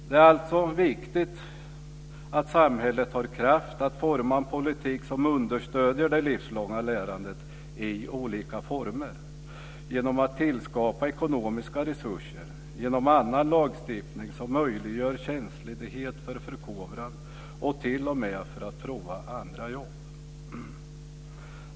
Det är viktigt att samhället har kraft att forma en politik som understöder det livslånga lärandet i olika former - genom att tillskapa ekonomiska resurser, genom annan lagstiftning som möjliggör tjänstledighet för förkovran och t.o.m. för att prova andra jobb.